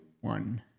one